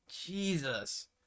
Jesus